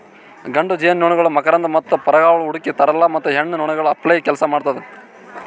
ಗಂಡು ಜೇನುನೊಣಗೊಳ್ ಮಕರಂದ ಮತ್ತ ಪರಾಗಗೊಳ್ ಹುಡುಕಿ ತರಲ್ಲಾ ಮತ್ತ ಹೆಣ್ಣ ನೊಣಗೊಳ್ ಅಪ್ಲೇ ಕೆಲಸ ಮಾಡಲ್